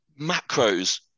macros